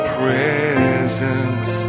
presence